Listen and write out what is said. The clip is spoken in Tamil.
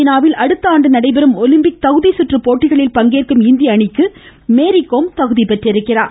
சீனாவில் அடுத்த ஆண்டு நடைபெறும் ஒலிம்பிக் குத்துச்சண்டை தகுதிசுற்று போட்டிகளில் பங்கேற்கும் இந்திய அணிக்கு மேரிகோம் தகுதி பெற்றிருக்கிறார்